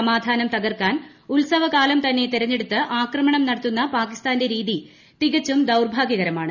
സമാധാന്ട് കൃത്കർക്കാൻ ഉത്സവകാലം തന്നെ തെരെഞ്ഞെടുത്ത് ആക്രിമ്ണം നടത്തുന്ന പാകിസ്ഥാന്റെ രീതി തികച്ചും ദൌർഭാഗ്യിക്ട്രമാണ്